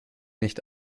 nicht